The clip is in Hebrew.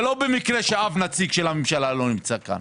לא במקרה שאף נציג של הממשלה לא נמצא כאן.